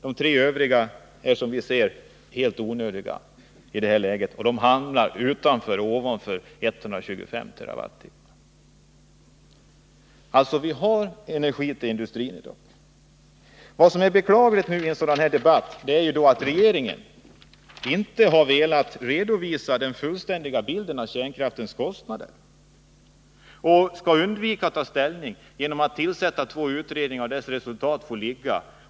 De tre övriga är, som vi ser det, helt onödiga i det här läget, eftersom de hamnar över en produktion av 125 TWh. Vi har alltså energi till industrin i dag. Vad som är beklagligt i en sådan här debatt är att regeringen inte har velat redovisa den fullständiga bilden av kostnaderna för kärnkraften. Regeringen undviker att ta ställning genom att tillsätta två utredningar, vilkas resultat får ligga.